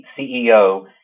CEO